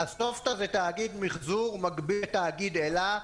אסופתא זה תאגיד מיחזור מקביל לתאגיד אל"ה,